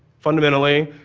fundamentally,